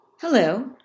Hello